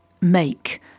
make